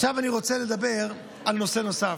עכשיו אני רוצה לדבר על נושא נוסף.